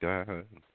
God